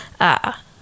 ah-